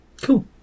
Cool